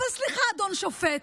אבל סליחה, אדון שופט,